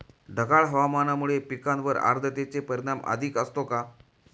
ढगाळ हवामानामुळे पिकांवर आर्द्रतेचे परिणाम अधिक असतो का?